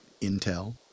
Intel